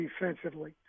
defensively